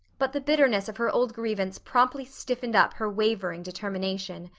but the bitterness of her old grievance promptly stiffened up her wavering determination.